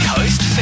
Coast